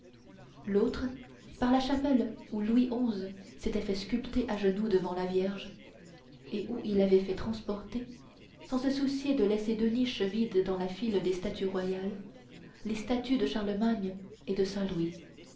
l'autre par la chapelle où louis xi s'était fait sculpter à genoux devant la vierge et où il avait fait transporter sans se soucier de laisser deux niches vides dans la file des statues royales les statues de charlemagne et de